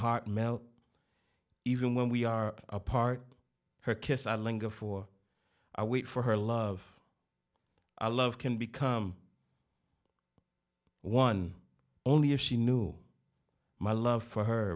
heart melt even when we are apart her kiss i linger for i wait for her love i love can become one only if she knew my love for her